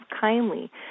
kindly